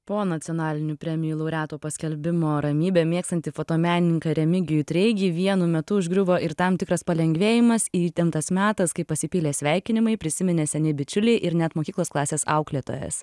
po nacionalinių premijų laureatų paskelbimo ramybę mėgstanti fotomenininką remigijų treigį vienu metu užgriuvo ir tam tikras palengvėjimas ir įtemptas metas kai pasipylė sveikinimai prisiminė seni bičiuliai ir net mokyklos klasės auklėtojas